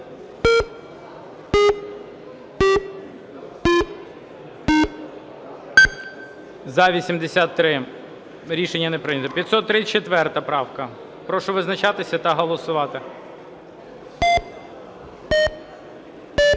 За-83 Рішення не прийнято. 534 правка. Прошу визначатися та голосувати.